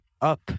up